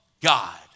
God